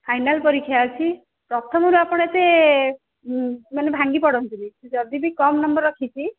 final ପରୀକ୍ଷା ଅଛି ପ୍ରଥମରୁ ଆପଣ ଏତେ ମାନେ ଭାଙ୍ଗିପଡ଼ନ୍ତୁନି ଯଦି ବି କମ୍ ନମ୍ବର୍ ରଖିଛି